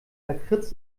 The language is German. lakritz